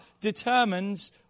determines